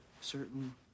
certain